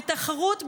ותחרות,